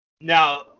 Now